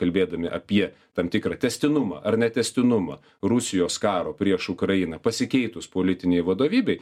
kalbėdami apie tam tikrą tęstinumą ar netęstinumą rusijos karo prieš ukrainą pasikeitus politinei vadovybei